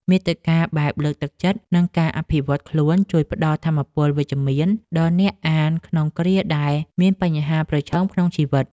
មាតិកាបែបលើកទឹកចិត្ត និងការអភិវឌ្ឍខ្លួន ជួយផ្តល់ថាមពលវិជ្ជមានដល់អ្នកអានក្នុងគ្រាដែលមានបញ្ហាប្រឈមក្នុងជីវិត។